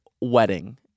wedding